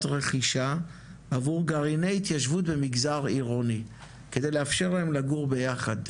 רכישה עבור גרעיני התיישבות במגזר עירוני כדי לאפשר להם לגור ביחד,